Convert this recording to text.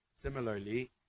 Similarly